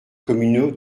communaux